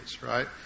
right